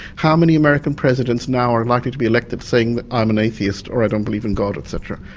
how many american presidents now are unlikely to be elected saying that i'm an atheist or i don't believe in god et cetera?